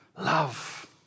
Love